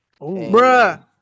Bruh